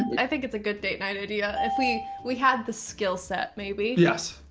i think it's a good date night idea if we we had the skill set maybe. yes.